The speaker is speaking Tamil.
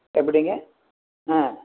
எப்படிங்க ஆ